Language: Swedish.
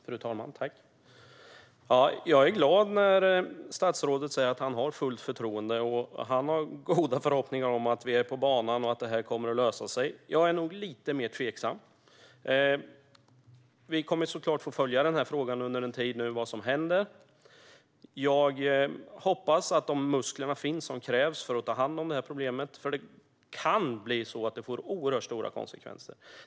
Fru talman! Jag är glad att statsrådet säger att han har fullt förtroende. Han har goda förhoppningar om att vi är på banan och att detta kommer att lösa sig. Jag är nog lite mer tveksam. Vi kommer såklart att få följa vad som händer i denna fråga under en tid. Jag hoppas att de muskler som krävs för att ta hand om det här problemet finns, för detta kan få oerhört stora konsekvenser.